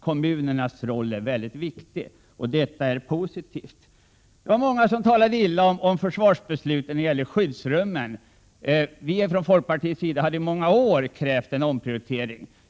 Kommunernas roll är mycket viktig. Det var många som talade illa om försvarsbeslutet när det gäller skyddsrummen. Vi från folkpartiet däremot hade i många år krävt en omprioritering.